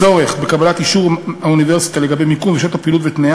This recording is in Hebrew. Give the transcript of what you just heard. הצורך בקבלת אישור האוניברסיטה לגבי מקום ושעות הפעילות ותנאיה,